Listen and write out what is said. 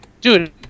Dude